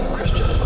Christian